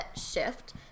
shift